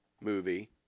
movie